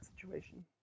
situation